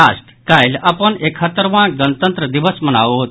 राष्ट्र काल्हि अपन एकहत्तरवां गणतंत्र दिवस मनाओत